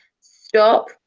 stop